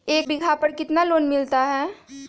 एक बीघा पर कितना लोन मिलता है?